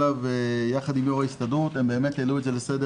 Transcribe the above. עם יו"ר ההסתדרות הם באמת העלו את זה לסדר